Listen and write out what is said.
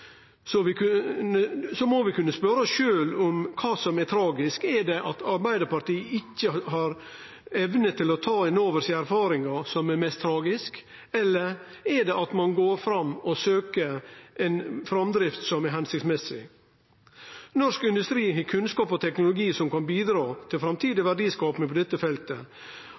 må vi kunne spørje oss sjølve om kva som er tragisk. Er det det at Arbeidarpartiet ikkje har evna til å ta inn over seg erfaringar, som er mest tragisk, eller er det det at ein søkjer ei framdrift som er hensiktsmessig? Norsk industri har kunnskap og teknologi som kan bidra til framtidig verdiskaping på dette feltet,